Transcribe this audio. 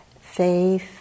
faith